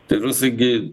tai rusai gi